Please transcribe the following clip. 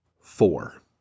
four